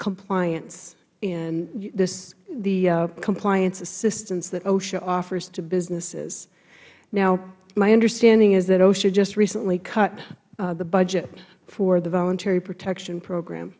compliance and the compliance assistance that osha offers to businesses now my understanding is that osha just recently cut the budget for the voluntary protection program